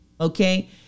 okay